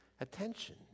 attention